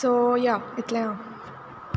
so या इतलें आहा